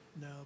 No